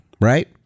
right